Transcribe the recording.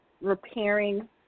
repairing